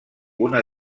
una